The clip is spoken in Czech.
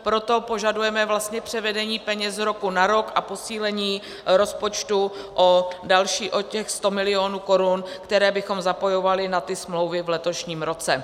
Proto požadujeme převedení peněz z roku na rok a posílení rozpočtu o další, o těch 100 milionů korun, které bychom zapojovali na ty smlouvy v letošním roce.